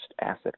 asset